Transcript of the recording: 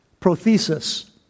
prothesis